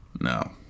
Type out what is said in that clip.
No